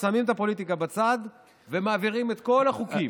שמים את הפוליטיקה בצד ומעבירים את כל החוקים.